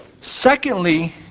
Secondly